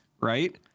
Right